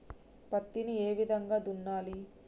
పత్తిని ఏ విధంగా దున్నాలి?